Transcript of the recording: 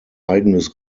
eigenes